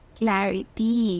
clarity